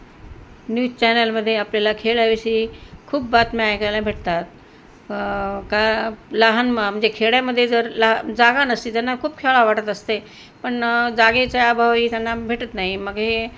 news चॅनलमध्ये आपल्याला खेळाविषयी खूप बातम्या ऐकायला भेटतात का लहान म म्हणजे खेड्यामध्ये जर ल जागा नसतात त्यांना खूप खेळावं वाटत असतं आहे पण जागेचा अभावी त्यांना भेटत नाही मग हे